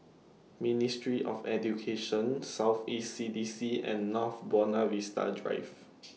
Ministry of Education South East C D C and North Buona Vista Drive